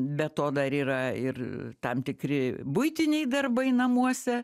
be to dar yra ir tam tikri buitiniai darbai namuose